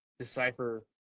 Decipher